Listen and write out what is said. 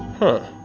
huh.